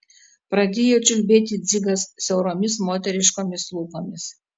pradėjo čiulbėti dzigas siauromis moteriškomis lūpomis